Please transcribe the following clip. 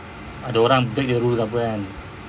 ada orang break the rule apa kan